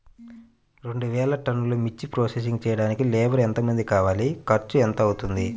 రెండు వేలు టన్నుల మిర్చి ప్రోసెసింగ్ చేయడానికి లేబర్ ఎంతమంది కావాలి, ఖర్చు ఎంత అవుతుంది?